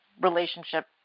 relationship